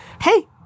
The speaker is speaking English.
hey